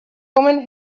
woman